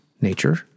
nature